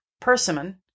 persimmon